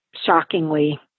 shockingly